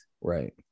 Right